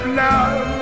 love